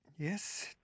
Yes